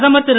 பிரதமர் திரு